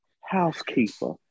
housekeeper